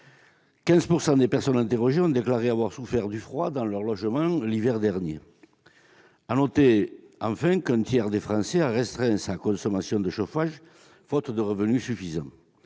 15 % des personnes interrogées ont déclaré avoir souffert du froid dans leur logement l'hiver dernier. En outre, un tiers des Français ont restreint leur consommation de chauffage, faute de revenus suffisants.